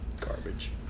Garbage